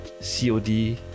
COD